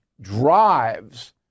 drives